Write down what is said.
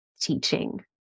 teaching